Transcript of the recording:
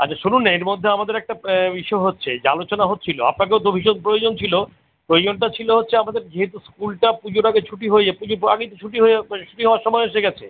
আচ্ছা শুনুন না এর মধ্যে আমাদের একটা ইসে হচ্ছে যে আলোচনা হচ্ছিলো আপনাকেও তো ভীষণ প্রয়োজন ছিলো প্রয়োজনটা ছিলো হচ্ছে আমাদের যেহেতু স্কুলটা পুজোর আগে ছুটি হয়ে যায় পুজোর আগেই তো ছুটি হো ছুটি হওয়ার সমায় এসে গেছে